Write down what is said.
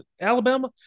Alabama